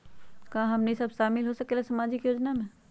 का हमनी साब शामिल होसकीला सामाजिक योजना मे?